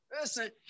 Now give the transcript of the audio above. Listen